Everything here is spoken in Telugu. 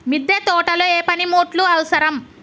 మిద్దె తోటలో ఏ పనిముట్లు అవసరం?